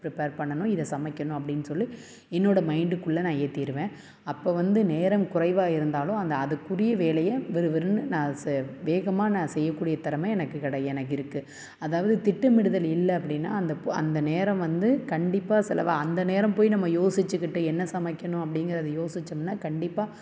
prepare பண்ணணும் இதை சமைக்கணும் அப்படினு சொல்லி என்னோடய மைண்டுக்குள் நான் ஏத்திருவேன் அப்போ வந்து நேரம் குறைவாக இருந்தாலும் அந்த அதுக்குரிய வேலையை விறுவிறுன்னு நான் செ வேகமாக நான் செய்யக்கூடிய திறம எனக்கு கடை எனக்கு இருக்குது அதாவது திட்டமிடுதல் இல்லை அப்படினா அந்த அந்த நேரம் வந்து கண்டிப்பாக செலவு அந்த நேரம் போய் நம்ம யோசிச்சிகிட்டு என்ன சமைக்கணும் அப்படிங்கறத யோசிச்சமுன்னா கண்டிப்பாக